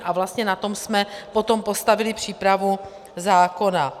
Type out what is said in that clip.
A vlastně na tom jsme potom postavili přípravu zákona.